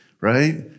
right